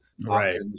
Right